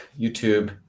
YouTube